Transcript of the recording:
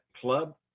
club